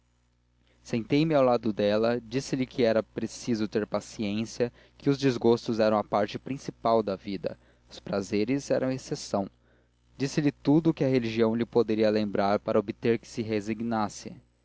sentei-me ao lado dela disse-lhe que era preciso ter paciência que os desgostos eram a parte principal da vida os prazeres eram a exceção disse-lhe tudo o que a religião lhe poderia lembrar para obter que se resignasse